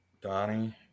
Donnie